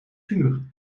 vuur